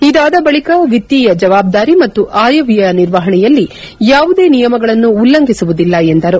ಇದಾದ ಬಳಿಕ ವಿತ್ತೀಯ ಜವಾಬ್ದಾರಿ ಮತ್ತು ಆಯವ್ದಯ ನಿರ್ವಹಣೆಯಲ್ಲಿ ಯಾವುದೇ ನಿಯಮಗಳನ್ನು ಉಲ್ಲಂಘಿಸುವುದಿಲ್ಲ ಎಂದರು